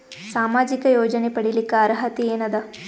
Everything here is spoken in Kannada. ಸಾಮಾಜಿಕ ಯೋಜನೆ ಪಡಿಲಿಕ್ಕ ಅರ್ಹತಿ ಎನದ?